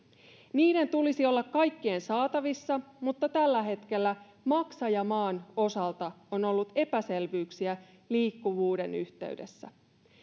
niiden tulisi olla kaikkien saatavilla mutta tällä hetkellä maksajamaan osalta on ollut epäselvyyksiä liikkuvuuden yhteydessä